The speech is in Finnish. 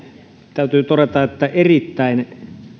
täytyy todeta että erittäin